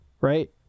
right